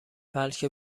بلکه